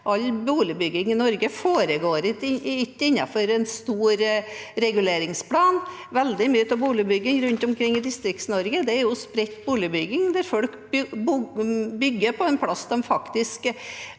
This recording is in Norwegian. All boligbygging i Norge foregår ikke innenfor en stor reguleringsplan. Veldig mye av boligbyggingen rundt omkring i Distrikts-Norge er spredt boligbygging der folk bygger på en plass der de faktisk